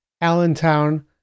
Allentown